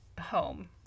home